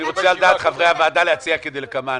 אני רוצה על דעת חברי הוועדה להציע כדלקמן,